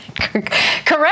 Correct